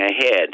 ahead